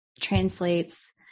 translates